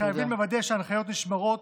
וחייבים לוודא שההנחיות נשמרות